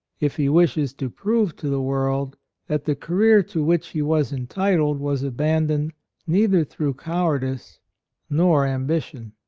if he wishes to prove to the world that the career to which he was entitled was abandoned neither through cowardice nor ambition.